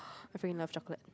I freaking love chocolate